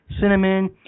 cinnamon